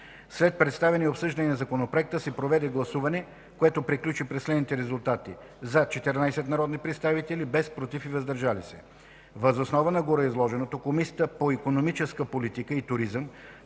След представяне и обсъждане на Законопроекта се проведе гласуване, което приключи при следните резултати: „за” – 14 народни представители, без „против” и „въздържали се”. Въз основа на гореизложеното Комисията по икономическа политика и туризъм